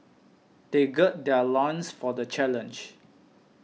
they gird their loins for the challenge